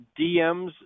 DMs